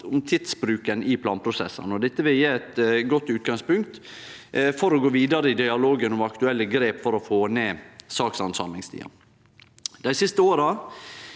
om tidsbruk i planprosessar. Dette vil gje eit godt utgangspunkt for å gå vidare i dialogen om aktuelle grep for å få ned sakshandsamingstida. Hovudgrunnen